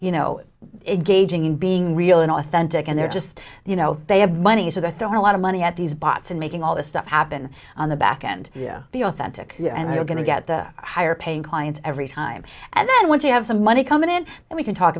you know gauging and being real and authentic and they're just you know they have money so that there are a lot of money at these bots and making all this stuff happen on the back and the authentic and they're going to get higher paying clients every time and then once you have the money coming in we can talk